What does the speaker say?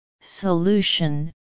Solution